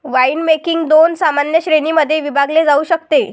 winemaking दोन सामान्य श्रेणीं मध्ये विभागले जाऊ शकते